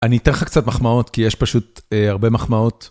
אני אתן לך קצת מחמאות כי יש פשוט הרבה מחמאות.